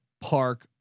park